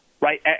right